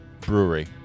brewery